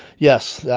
yes.